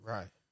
Right